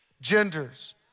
genders